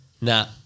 Nah